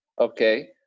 okay